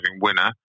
winner